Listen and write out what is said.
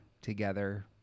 together